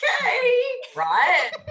Right